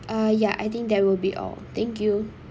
uh ya I think that will be all thank you